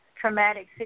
traumatic